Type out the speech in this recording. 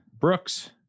Brooks